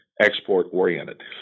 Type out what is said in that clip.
export-oriented